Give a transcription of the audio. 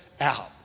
out